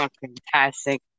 Fantastic